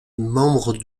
membres